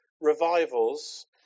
revivals